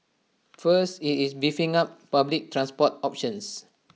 first IT is beefing up public transport options